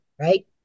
Right